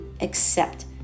accept